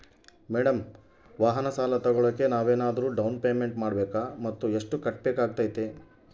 Madam ವಾಹನ ಸಾಲ ತೋಗೊಳೋಕೆ ನಾವೇನಾದರೂ ಡೌನ್ ಪೇಮೆಂಟ್ ಮಾಡಬೇಕಾ ಮತ್ತು ಎಷ್ಟು ಕಟ್ಬೇಕಾಗ್ತೈತೆ?